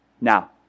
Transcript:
Now